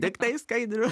tiktai skaidrų